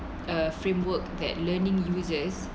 a framework that learning uses